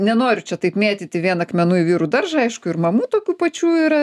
nenoriu čia taip mėtyti vien akmenų į vyrų daržą aišku ir mamų tokių pačių yra